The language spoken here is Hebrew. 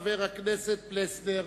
ואחריו, חבר הכנסת פלסנר.